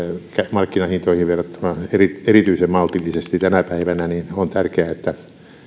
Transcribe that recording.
markkinahintoihin verrattuna erityisen maltillisesti tänä päivänä niin on tärkeää että